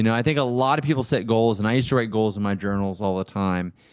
you know i think a lot of people set goals, and i used to write goals in my journals all the time.